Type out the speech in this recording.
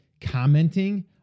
commenting